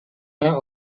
out